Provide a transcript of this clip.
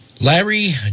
Larry